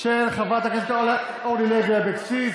של חברת הכנסת אורלי לוי אבקסיס.